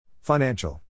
Financial